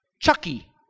Chucky